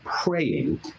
praying